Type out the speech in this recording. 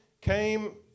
came